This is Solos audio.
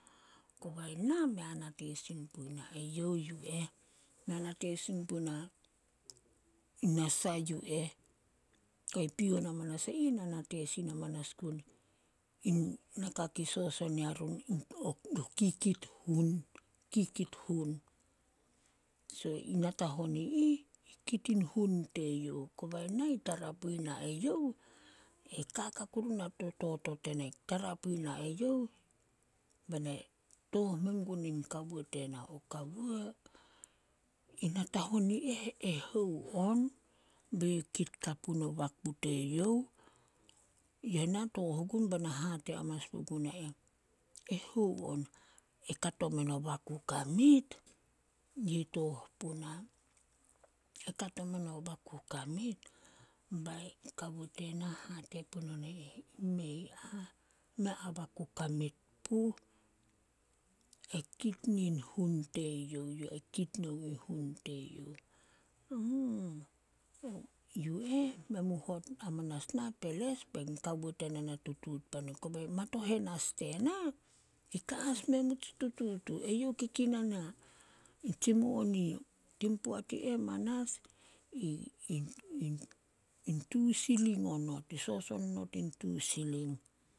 ﻿Kobai na mei nate sin puna eyouh yu eh, mei nate sin puna i nasah yu eh. pion amanas e ih na nate sin amanas gun in naka kei soson yarun kikit hun- kikit hun. So, in natahon i ih kit in hun teyouh, kobai na i tara pui na eyouh, e kaka kuru ona to totot tena tara puna eyouh bena tooh men gun in kawo tena, "O kawo in natahon i eh e hou on be youh kit kapu no baku teyouh." Ye na tooh ogun be na hate manas pugun e eh, "E hou on, e kato meno baku kamit." Yi tooh puna. E kato meno baku kamit. Bai kawo tena hate punon e eh, "Mei ah, mei a baku kamit puh, e kit nin hun teyouh yu eh, kit nouh hun teyouh." Yu eh men mu hot amanas nah peles, bain kawo tena na tutuut pan on. Kobei matohen as tena, i kame as me tsi tutuut uh. Eyouh kikinan a tsi moni. Tin poat i eh manas, in tu siling onot, soson not in tu siling.